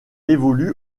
évolue